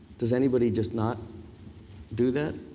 does anybody just not do that?